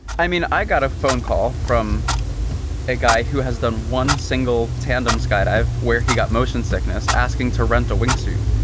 i mean, i got a phone call from a guy who has done one single tandem skydive where he got motion sickness asking to rent a wingsuit.